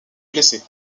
blessés